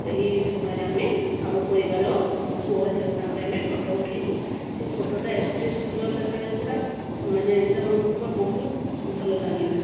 ସେଇ ସମୟରେ ଆମେ ଆମ ପରିବାର ଆମ ପୁଅ ଝିଅ ସାଙ୍ଗରେ ଆମେ ଫଟୋ ଉଠାଇଲୁ ସେଇ ଫଟୋଟା ଏତେ ସୁନ୍ଦର ଦେଖାଯାଉଥିଲା ମାନେ ସେଇଟା ମନକୁ ମୋର ବହୁତ ଭଲ ଲାଗିଲା